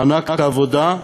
מענק עבודה.